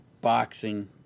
boxing